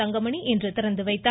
தங்கமணி இன்று திறந்து வைத்தார்